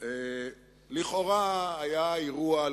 לכאורה היה אירוע.